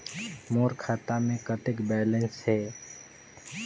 मोर खाता मे कतेक बैलेंस हे?